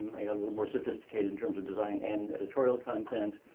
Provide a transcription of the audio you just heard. a little more sophisticated in terms of design and editorial content.